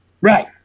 Right